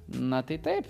na tai taip